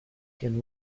can